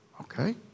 Okay